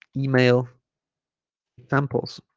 email examples